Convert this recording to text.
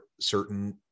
certain